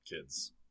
kids